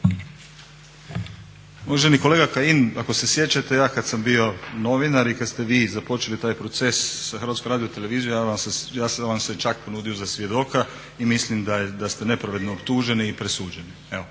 Uvaženi kolega Kajin, ako se sjećate ja kad sam bio novinar i kad ste vi započeli taj proces sa HRT-om ja sam vam se čak ponudio za svjedoka i mislim da ste nepravedno optuženi i presuđeni. Ako